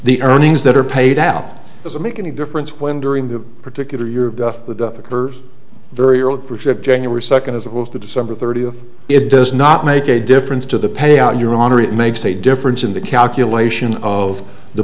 the earnings that are paid out doesn't make any difference when during the particular you're the very early version of january second as opposed to december thirtieth it does not make a difference to the payout your honor it makes a difference in the calculation of the